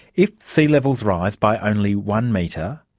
if sea levels rise by only one metre,